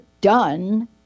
done